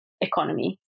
economy